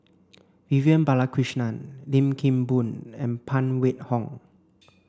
Vivian Balakrishnan Lim Kim Boon and Phan Wait Hong